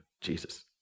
Jesus